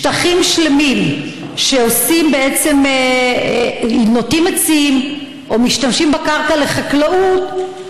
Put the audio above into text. שטחים שלמים נוטעים בהם עצים או משתמשים בקרקע לחקלאות,